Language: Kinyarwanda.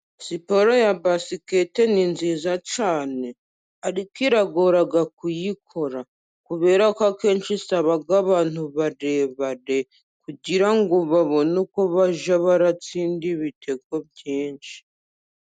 Siporo ya basiketi ni nziza cyane ariko iragora kuyikora, kubera ko akenshi isaba abantu barebare kugira ngo babone uko bajya baratsinda ibitego byinshi.